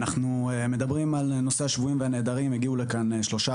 אנחנו מדברים על נושא השבויים והנעדרים ומגיעים לכאן שלושה,